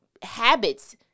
habits